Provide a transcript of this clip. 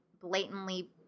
blatantly